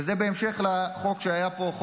וזה בהמשך לחוק שהיה פה,